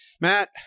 Matt